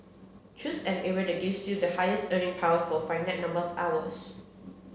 choose an area that gives you the highest earning power for finite number of hours